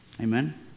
Amen